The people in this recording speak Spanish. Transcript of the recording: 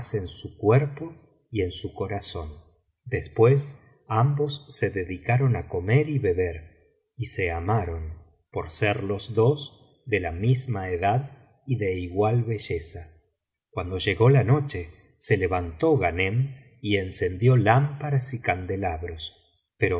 su cuerpo y en su corazón después ambos se dedicaron á comer y beber y se amaron por ser los dos de la misma edad y de igual belleza guando llegó la noche se levantó ghanem y encendió lámparas y candelabros